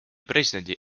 presidendi